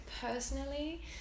personally